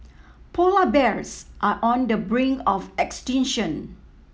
polar bears are on the brink of extinction